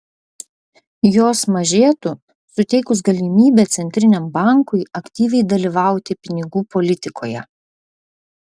jos mažėtų suteikus galimybę centriniam bankui aktyviai dalyvauti pinigų politikoje